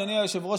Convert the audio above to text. אדוני היושב-ראש,